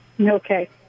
Okay